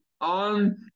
on